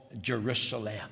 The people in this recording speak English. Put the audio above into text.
Jerusalem